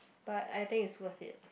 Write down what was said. but I think it's worth it